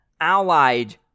allied